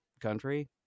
country